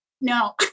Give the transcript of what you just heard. no